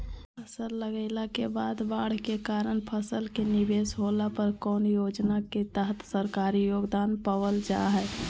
फसल लगाईला के बाद बाढ़ के कारण फसल के निवेस होला पर कौन योजना के तहत सरकारी योगदान पाबल जा हय?